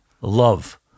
love